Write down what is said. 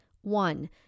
One